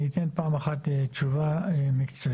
אני אתן פעם אחת תשובה מקצועית.